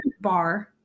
bar